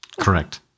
Correct